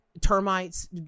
termites